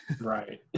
right